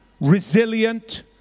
Resilient